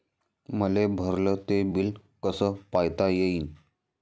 मले भरल ते बिल कस पायता येईन?